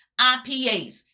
IPAs